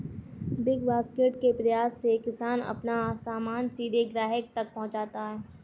big Basket के प्रयास से किसान अपना सामान सीधे ग्राहक तक पहुंचाता है